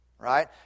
right